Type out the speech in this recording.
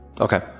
okay